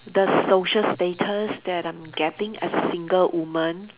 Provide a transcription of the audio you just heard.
the social status that I'm getting as single woman